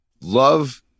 love